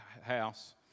house